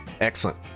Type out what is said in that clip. Excellent